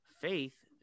faith